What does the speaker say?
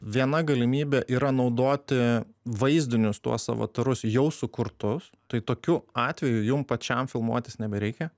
viena galimybė yra naudoti vaizdinius tuos avatarus jau sukurtus tai tokiu atveju jum pačiam filmuotis nebereikia